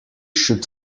should